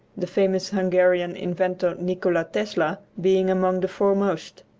the famous hungarian inventor, nikola tesla, being among the foremost.